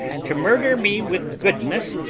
to murder me with goodness,